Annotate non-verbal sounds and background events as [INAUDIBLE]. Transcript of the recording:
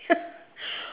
ya [LAUGHS]